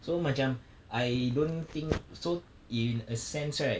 so macam I don't think so in a sense right